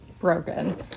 broken